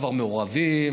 כבר מעורבת,